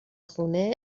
خونه